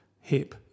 hip